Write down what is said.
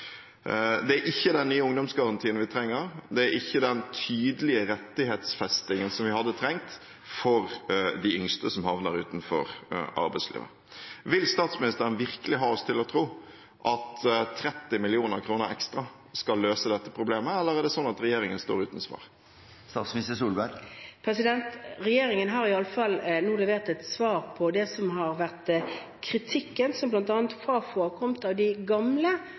Det er ikke den nye ungdomsgarantien vi trenger, det er ikke den tydelige rettighetsfestingen som vi hadde trengt for de yngste som havner utenfor arbeidslivet. Vil statsministeren virkelig ha oss til å tro at 30 mill. kr ekstra skal løse dette problemet? Eller er det sånn at regjeringen står uten svar? Regjeringen har iallfall nå levert et svar på det som har vært kritikken som bl.a. Fafo har kommet med av de gamle